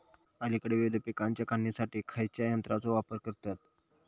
अलीकडे विविध पीकांच्या काढणीसाठी खयाच्या यंत्राचो वापर करतत?